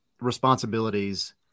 responsibilities